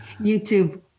YouTube